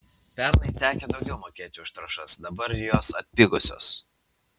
pernai tekę daugiau mokėti už trąšas dabar jos atpigusios